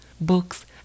books